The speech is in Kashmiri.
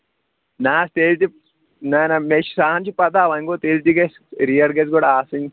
نہَ حظ تیٚلہِ تہِ نہَ نہَ مےٚ چھِ ساہن چھِ پَتہٕ وۄنۍ گوٚو تیٚلہِ تہِ گَژھِ ریٹ گَژھِ گۄڈٕ آسٕنۍ